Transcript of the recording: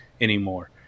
anymore